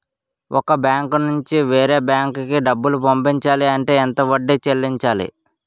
ఒక బ్యాంక్ నుంచి వేరే బ్యాంక్ కి డబ్బులు పంపించాలి అంటే ఎంత వడ్డీ చెల్లించాలి?